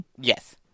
Yes